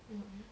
mm